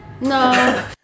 no